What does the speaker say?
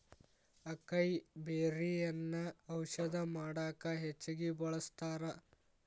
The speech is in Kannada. ಅಕೈಬೆರ್ರಿಯನ್ನಾ ಔಷಧ ಮಾಡಕ ಹೆಚ್ಚಾಗಿ ಬಳ್ಸತಾರ